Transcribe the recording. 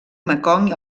mekong